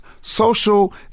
social